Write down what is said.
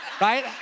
right